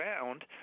found